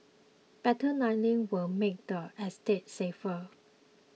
better lighting will make the estate safer